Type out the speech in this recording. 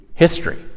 History